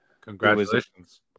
congratulations